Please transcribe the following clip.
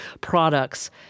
products